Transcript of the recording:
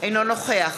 אינו נוכח